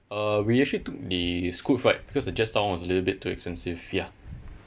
uh we actually took the scoot flight because the jetstar one was a little bit too expensive ya